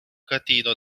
catino